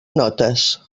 notes